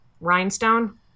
rhinestone